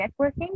networking